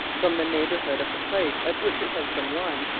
from the neighbourhood of the place at which it has been won,